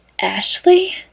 Ashley